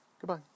Goodbye